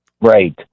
Right